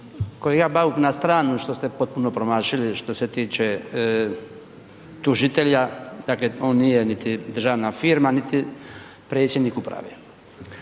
Kolega Bauk na stranu što ste potpuno promašili što se tiče tužitelja, dakle on nije niti državna firma niti predsjednik uprave.